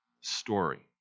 story